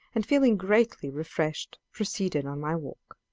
and, feeling greatly refreshed, proceeded on my walk.